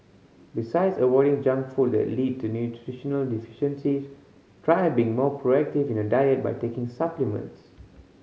besides avoiding junk food that lead to nutritional deficiencies try being more proactive in your diet by taking supplements